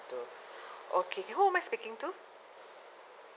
two okay who am I speaking to